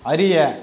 அறிய